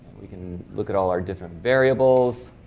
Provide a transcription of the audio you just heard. you can look at all our different variables